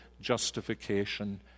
justification